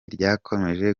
ryakomeje